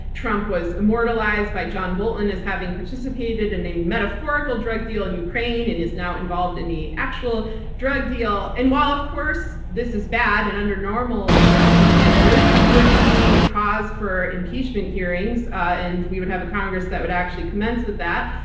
trump was immortalized by john bolton as having participated in a metaphorical drug deal in ukraine and is now involved in an actual drug deal. and while, of course, this is bad, and under normal circumstances would be cause for impeachment hearings, and you would have a congress that would actually commence with that,